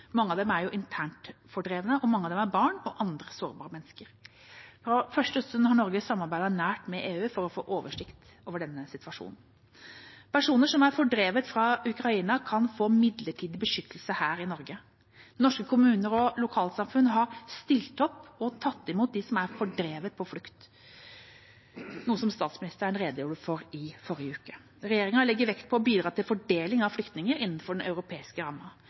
Mange av dem er internt fordrevne. Mange av dem er barn og andre sårbare mennesker. Fra første stund har Norge samarbeidet nært med EU for å få oversikt over denne situasjonen. Personer som er fordrevet fra Ukraina, kan få midlertidig beskyttelse her i Norge. Norske kommuner og lokalsamfunn har stilt opp og tatt imot dem som er drevet på flukt, noe statsministeren redegjorde for i forrige uke. Regjeringa legger vekt på å bidra til fordeling av flyktninger innenfor den europeiske